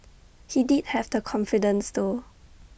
he did have the confidence though